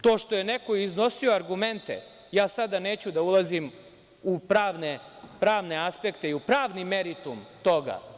To što je neko iznosio argumente, ja sada neću da ulazim u pravne aspekte i u pravni meritum toga.